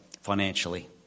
financially